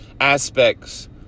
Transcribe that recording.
aspects